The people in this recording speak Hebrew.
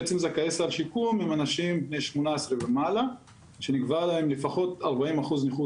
בעצם זכאי סל שיקום הם אנשים בני 18 ומעלה שנקבע להם לפחות 40% נכות